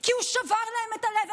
כי הוא שבר להם את הלב.